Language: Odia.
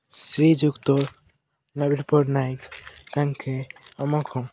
ଶ୍ରୀଯୁକ୍ତ ନବୀନ ପଟ୍ଟନାୟକ ତାଙ୍କେ ଆମକୁ